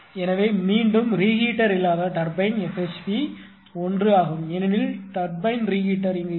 எனவே மீண்டும் ரிகீட்டர் இல்லாத டர்பைன் F HP 1 ஆகும் ஏனெனில் டர்பைன் ரீஹீட்டர் இல்லை